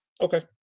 Okay